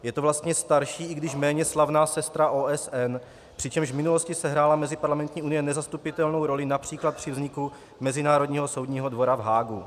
Je to vlastně starší, i když méně slavná sestra OSN, přičemž v minulosti sehrála Meziparlamentní unie nezastupitelnou roli např. při vzniku Mezinárodního soudního dvora v Haagu.